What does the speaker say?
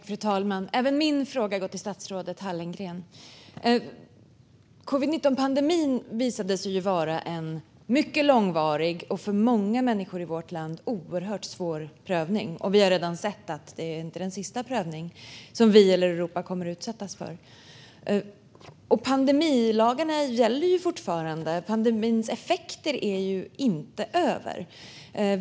Fru talman! Även min fråga går till statsrådet Hallengren. Covid-19-pandemin visade sig vara en mycket långvarig och för många människor i vårt land oerhört svår prövning. Vi har redan sett att den inte var den sista prövning som vi eller Europa kommer att utsättas för. Pandemilagarna gäller fortfarande, och pandemins effekter är inte över.